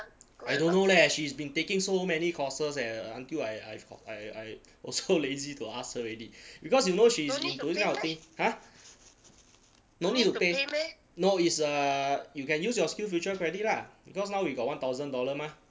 I don't know leh she's been taking so many courses eh until I I I I also lazy to ask her already because you know she's doing this kind of thing !huh! no need to pay no is err you can use your skillsfuture credit lah because now we got one thousand dollar mah